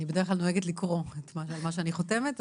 אני בדרך כלל נוהגת לקרוא את מה שאני חותמת,